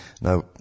Now